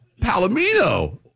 Palomino